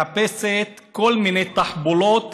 מחפשת כל מיני תחבולות